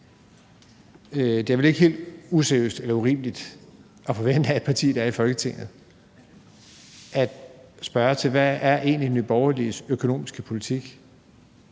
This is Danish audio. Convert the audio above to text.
Det er vel ikke helt useriøst eller urimeligt at spørge et parti, der er i Folketinget, hvad der egentlig er dets økonomiske politik.